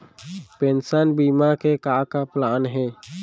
Pension बीमा के का का प्लान हे?